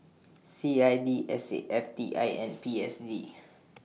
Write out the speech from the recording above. C I D S A F T I and P S D